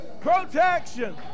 Protection